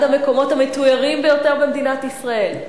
המקומות המתוירים ביותר במדינת ישראל,